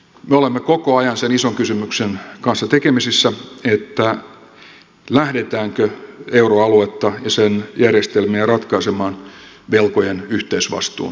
me olemme koko ajan sen ison kysymyksen kanssa tekemisissä lähdetäänkö euroaluetta ja sen järjestelmiä ratkaisemaan velkojen yhteisvastuun pohjalta